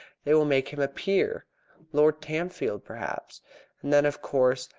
they will make him a peer lord tamfield, perhaps and then, of course,